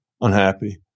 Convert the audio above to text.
unhappy